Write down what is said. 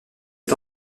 est